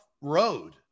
road